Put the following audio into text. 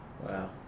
Wow